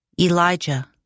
Elijah